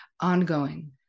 ongoing